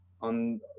on